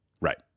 Right